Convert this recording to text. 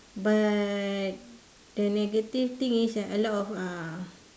but the negative thing is a lot of uh